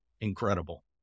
incredible